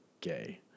gay